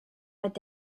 mit